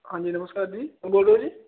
ਹਾਂਜੀ ਨਮਸਕਾਰ ਜੀ ਕੋਣ ਬੋਲ ਰਹੇ ਹੋ ਜੀ